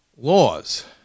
laws